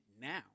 now